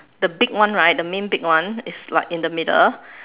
the big one right the main big one is like in the middle